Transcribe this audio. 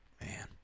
Man